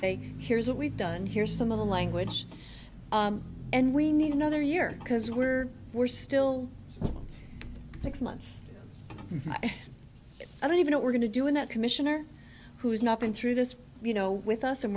play here's what we've done here's the language and we need another year because we're we're still six months i don't even know we're going to do in that commissioner who's not been through this you know with us and